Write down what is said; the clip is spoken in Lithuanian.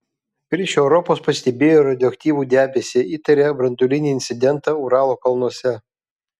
virš europos pastebėjo radioaktyvų debesį įtaria branduolinį incidentą uralo kalnuose